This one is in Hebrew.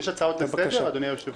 יש הצעות לסדר, אדוני היושב-ראש?